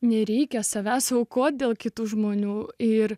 nereikia savęs aukoti dėl kitų žmonių ir